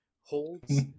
holds